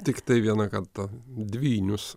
tiktai vieną kartą dvynius